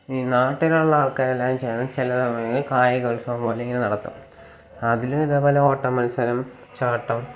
ഇനി നാട്ടിലുള്ള ആൾക്കാർ എല്ലാവരും ചേർന്ന് ചില സമയങ്ങളിൽ കായികോത്സവം പോലെ ഇങ്ങനെ നടത്തും അതിന് ഇതേപോലെ ഓട്ടമത്സരം ചാട്ടം